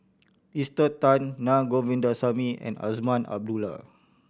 Esther Tan Naa Govindasamy and Azman Abdullah